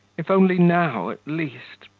if only now, at least,